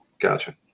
Gotcha